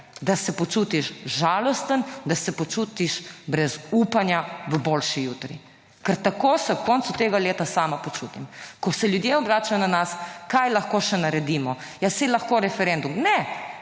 da se počutiš žalosten, da se počutiš brez upanja v boljši jutri, ker tako se ob koncu tega leta sama počutim, ko se ljudje obračajo na nas kaj lahko še naredimo. Ja, saj je lahko referendum. Ne,